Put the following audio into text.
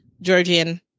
Georgian